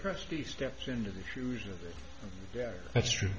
trustee steps into the shoes of yeah that's true